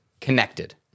connected